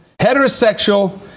heterosexual